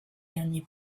dernier